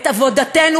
את עבודתנו,